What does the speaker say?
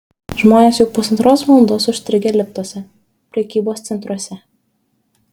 žmonės jau pusantros valandos užstrigę liftuose prekybos centruose